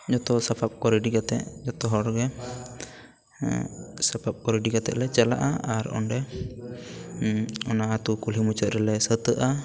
ᱡᱚᱛᱚ ᱥᱟᱯᱟᱵ ᱠᱚ ᱨᱮᱰᱤ ᱠᱟᱛᱮ ᱡᱚᱛᱚ ᱦᱚᱲ ᱜᱮ ᱥᱟᱯᱟᱵ ᱠᱚ ᱨᱮᱰᱤ ᱠᱟᱛᱮ ᱞᱮ ᱪᱟᱞᱟᱜᱼᱟ ᱟᱨ ᱚᱸᱰᱮ ᱚᱱᱟ ᱟᱛᱳ ᱠᱩᱞᱦᱤ ᱢᱩᱪᱟᱹᱫ ᱨᱮᱞᱮ ᱥᱟᱹᱛᱟᱹᱜᱼᱟ